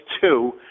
two